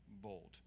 bold